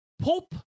Pulp